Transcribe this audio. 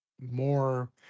more